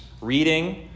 reading